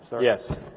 Yes